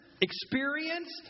experienced